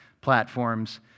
platforms